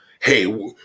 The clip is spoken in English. Hey